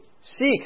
seek